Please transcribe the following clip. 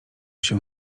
się